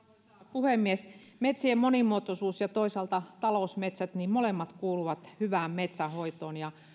puhemies metsien monimuotoisuus ja toisaalta talousmetsät kuuluvat molemmat hyvään metsänhoitoon